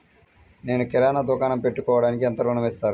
నేను కిరాణా దుకాణం పెట్టుకోడానికి ఎంత ఋణం ఇస్తారు?